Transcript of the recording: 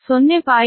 24 p